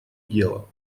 дела